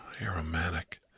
aromatic